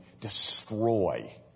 destroy